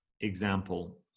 example